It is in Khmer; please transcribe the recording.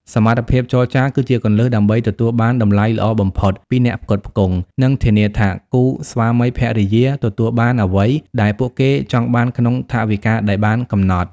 សមត្ថភាពចរចា គឺជាគន្លឹះដើម្បីទទួលបានតម្លៃល្អបំផុតពីអ្នកផ្គត់ផ្គង់ និងធានាថាគូស្វាមីភរិយាទទួលបានអ្វីដែលពួកគេចង់បានក្នុងថវិកាដែលបានកំណត់។